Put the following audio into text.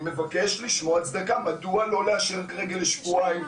אני מבקש לשמוע הצדקה מדוע לא להשאיר כרגע לשבועיים